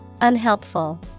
Unhelpful